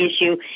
issue